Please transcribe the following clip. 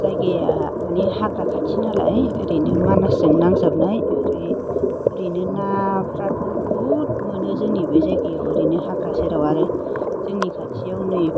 जायगाया माने हाग्रा खाथि नालाय ओरैनो मानासजों नांजाबनाय ओमफ्राय ओरैनो नाफोराथ' बुहुद मोनो जोंनि बे जायगायाव ओरैनो हाग्रा सेराव आरो जोंनि खाथियाव नै